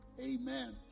Amen